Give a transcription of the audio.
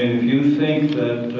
and if you think that,